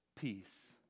peace